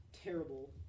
terrible